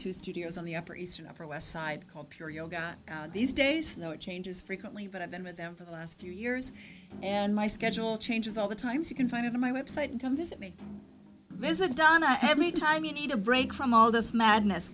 to studios on the upper east and upper west side called pure yoga these days though it changes frequently but i've been with them for the last few years and my schedule changes all the times you can find it on my website and come visit me visit donna every time you need a break from all this madness